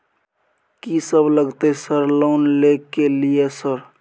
कि सब लगतै सर लोन ले के लिए सर?